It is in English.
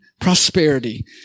prosperity